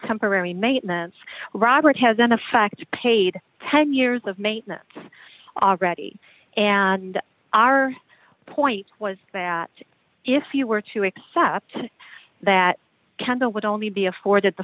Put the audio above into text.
temporary maintenance robert has in effect paid ten years of maintenance ready and our point was that if you were to accept that count the would only be afforded the